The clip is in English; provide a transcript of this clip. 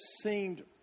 seemed